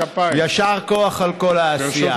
יישר כוח על כל העשייה.